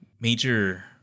major